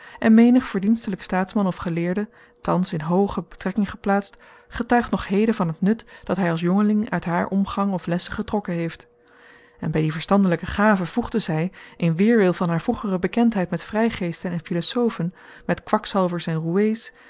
en menig verdienstelijk staatsman of geleerde thans in hooge betrekking geplaatst getuigt nog heden van het nut dat hij als jongeling uit haar omgang of lessen getrokken heeft en bij die verstandelijke gaven voegde zij in weêrwil van haar vroegere bekendheid met vrijgeesten en filosofen met kwakzalvers en